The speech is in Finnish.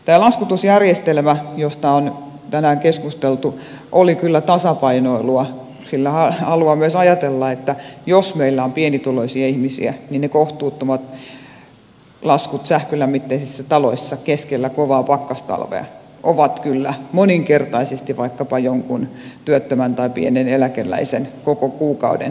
tämä laskutusjärjestelmä josta on tänään keskusteltu oli kyllä tasapainoilua sillä haluan myös ajatella että jos meillä on pienituloisia ihmisiä niin ne kohtuuttomat laskut sähkölämmitteisissä taloissa keskellä kovaa pakkastalvea ovat kyllä mahdollisesti moninkertaisesti vaikkapa jonkun työttömän tai pienen eläkeläisen koko kuukauden tulot